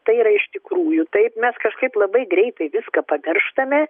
tai yra iš tikrųjų taip mes kažkaip labai greitai viską pamirštame